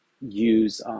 use